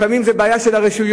לפעמים זו בעיה של הרשויות,